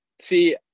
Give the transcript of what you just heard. see